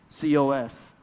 COS